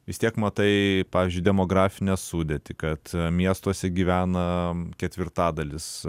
vis tiek matai pavyzdžiui demografinę sudėtį kad miestuose gyvena ketvirtadalis